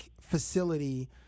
facility